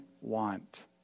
want